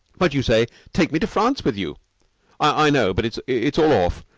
but you say take me to france with you i know. but it's it's all off.